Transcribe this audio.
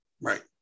Right